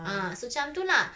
ah so macam tu lah